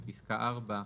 בפסקה (4),